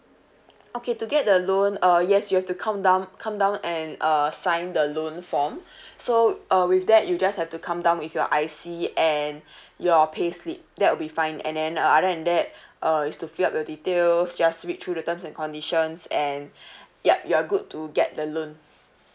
okay to get the loan uh yes you have to come down come down and uh sign the loan form so uh with that you just have to come down with your I_C and your payslip that will be fine and then uh other than that uh is to fill up your details just read through the terms and conditions and yup you're good to get the loan